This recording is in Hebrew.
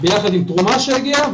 ביחד עם תרומה שהגיעה.